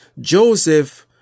Joseph